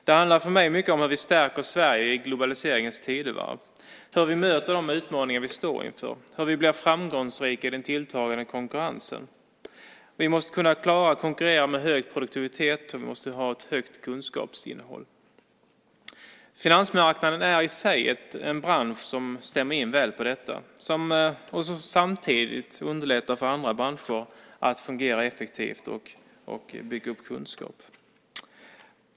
Det handlar för mig mycket om hur vi stärker Sverige i globaliseringens tidevarv, hur vi möter de utmaningar vi står inför, hur vi blir framgångsrika i den tilltagande konkurrensen. Vi måste kunna klara att konkurrera med hög produktivitet, och vi måste ha ett högt kunskapsinnehåll. Finansmarknaden är i sig en bransch som stämmer in väl på detta och som samtidigt underlättar för andra branscher att fungera effektivt och bygga upp kunskap.